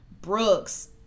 Brooks